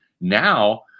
now